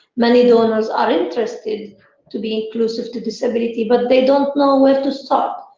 many donors are interested to be inclusive to disability but they don't know where to start.